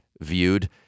viewed